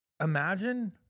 imagine